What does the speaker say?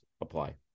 apply